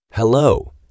Hello